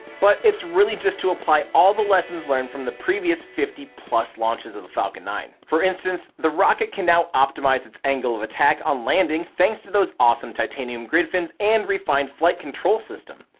but it's really just to apply all the lessons learned from the previous fifty plus launches of the falcon nine. for instance the rocket can now optimize it's angle of attack on landing thanks to those awesome titanium grid fins and refined flight control system.